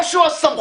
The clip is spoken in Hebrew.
או שהוא הסמכות